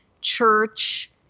church—